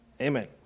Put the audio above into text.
Amen